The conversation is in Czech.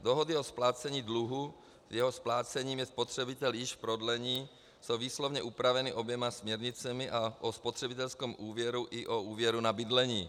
Dohody o splácení dluhu, s jehož splácením je spotřebitel již v prodlení, jsou výslovně upraveny oběma směrnicemi, a to o spotřebitelském úvěru i úvěru na bydlení.